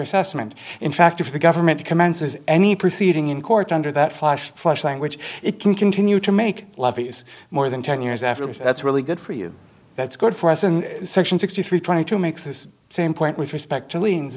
assessment in fact if the government commences any proceeding in court under that flash flash language it can continue to make levees more than ten years after this that's really good for you that's good for us in section sixty three trying to make this same point with respect to liens